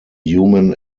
human